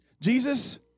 Jesus